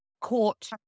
court